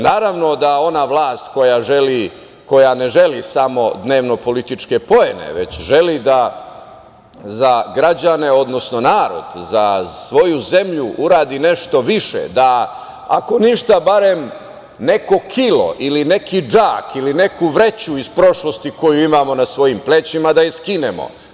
Naravno da ona vlast koja ne želi samo dnevnopolitičke poene, već želi da za građane, odnosno narod, za svoju zemlju uradi nešto više, da, ako ništa, barem neko kilo ili neki džak ili neku vreću iz prošlosti koju imamo na svojim plećima da je skinemo.